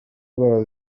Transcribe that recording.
ndwara